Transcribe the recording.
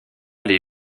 les